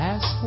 Ask